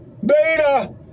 Beta